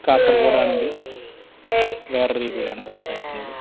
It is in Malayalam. കാസർഗോഡാണെങ്കിൽ വേറൊര് രീതിയിലാണ് സംസാരിക്കുന്നത്